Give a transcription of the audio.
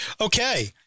Okay